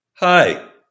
Hi